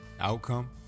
Outcome